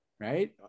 right